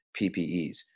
PPEs